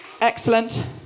Excellent